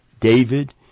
David